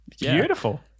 beautiful